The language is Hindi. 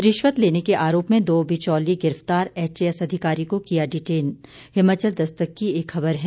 रिश्वत लेने के आरोप में दो बिचौलिए गिरफतार एचएएस अधिकारी को किया डिटेन हिमाचल दस्तक की एक खबर है